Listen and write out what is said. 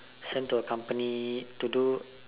sent to a company to do